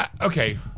Okay